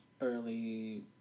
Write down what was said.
early